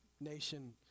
Nation